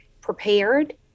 prepared